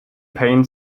paint